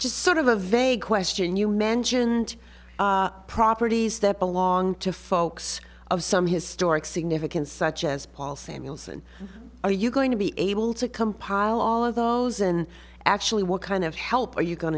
just sort of a vague question you mentioned properties that belong to folks of some historic significance such as paul samuelson are you going to be able to compile all of those and actually what kind of help are you going